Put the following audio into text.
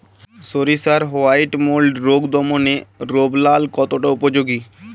সরিষার white mould রোগ দমনে রোভরাল কতটা উপযোগী?